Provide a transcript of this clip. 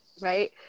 right